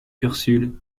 ursule